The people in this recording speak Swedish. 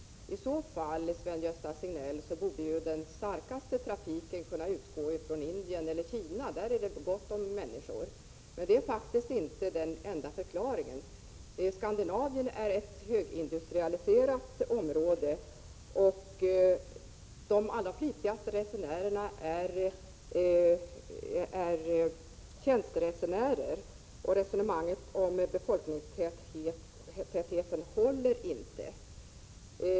I så fall, Sven-Gösta Signell, borde ju den starkaste trafiken utgå från Indien eller Kina. Där är det gott om människor. Det är faktiskt inte den enda förklaringen. Skandinavien är ett högindustrialiserat område, och de allra flitigaste resenärerna är tjänsteresenärerna. Resonemanget om folktätheten håller alltså inte.